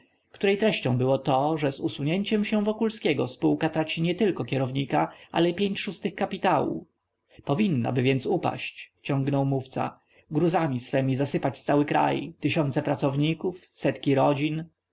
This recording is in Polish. której treścią było to że z usunięciem się wokulskiego spółka traci nietylko kierownika ale i pięć szóstych kapitału powinnaby więc upaść ciągnął mówca gruzami swojemi zasypać cały kraj tysiące pracowników setki rodzin